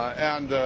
and ah.